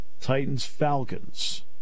Titans-Falcons